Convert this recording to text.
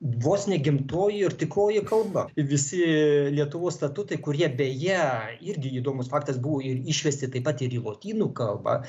vos ne gimtoji ir tikroji kalba visi lietuvos statutai kurie beje irgi įdomus faktas buvo ir išversti taip pat ir į lotynų kalbą